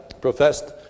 professed